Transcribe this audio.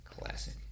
Classic